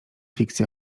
fikcja